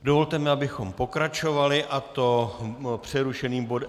Dovolte mi, abychom pokračovali, a to přerušeným bodem...